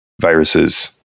viruses